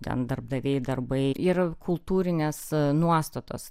ten darbdaviai darbai ir kultūrinės nuostatos